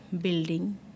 building